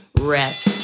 rest